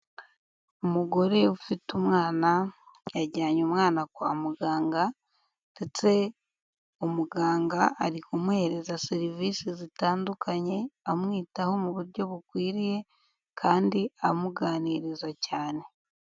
Umugore ufite umwana, yajyanye umwana kwa muganga ndetse umuganga ari kumuhereza serivisi zitandukanye, amwitaho mu buryo bukwiriye kandi amuganiriza cyane.